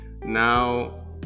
Now